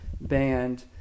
band